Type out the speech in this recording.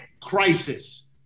crisis